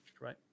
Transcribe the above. right